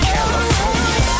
California